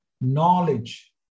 knowledge